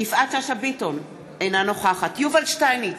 יפעת שאשא ביטון, אינה נוכחת יובל שטייניץ,